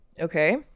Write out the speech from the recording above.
Okay